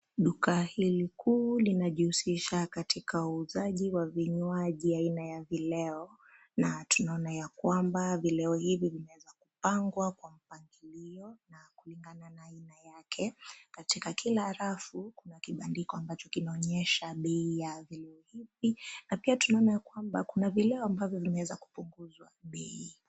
Duka hili kuu linajihusisha katika uuzaji wa vinywaji aina ya vileo na tunaona ya kwamba vileo hivi vimepangwa kwa mpangilio na kulingana na aina yake katika kila rafu kuna kibandiko ambacho kinaonyesha bei ya vileo hivi. Na pia tuaona ya kwamba kuna vileo ambavyo vimeweza kupunguzwa bei.